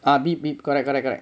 ah beep beep correct correct correct